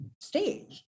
stage